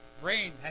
Brain